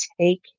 take